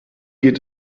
geht